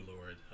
lord